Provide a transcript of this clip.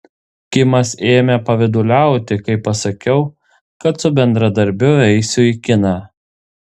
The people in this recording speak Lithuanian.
kimas ėmė pavyduliauti kai pasakiau kad su bendradarbiu eisiu į kiną